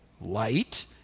light